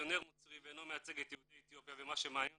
מיסיונר נוצרי ואינו מייצג את יהודי אתיופיה ומה שמעניין